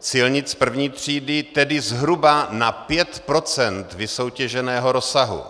silnic první třídy, tedy zhruba na pět procent vysoutěženého rozsahu.